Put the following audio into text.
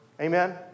Amen